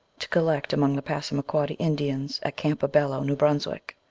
to collect among the passamaquoddy indians at campobello, new brunswick,